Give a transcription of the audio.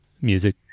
music